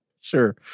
Sure